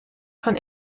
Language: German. von